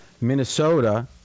Minnesota